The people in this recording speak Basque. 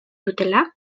dutela